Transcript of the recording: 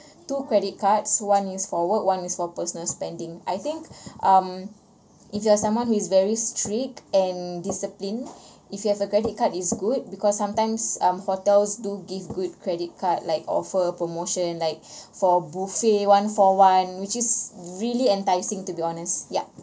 two credit cards one is for work one is for personal spending I think um if you are someone who is very strict and disciplined if you have a credit card is good because sometimes um hotels do give good credit card like offer promotion like for buffet one for one which is really enticing to be honest yup